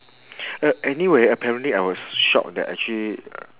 uh anyway apparently I was shocked that actually